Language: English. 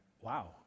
wow